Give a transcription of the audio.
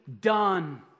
done